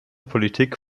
politik